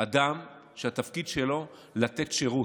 אדם שהתפקיד שלו לתת שירות,